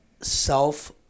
self